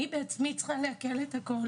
אני בעצמי צריכה להתאושש.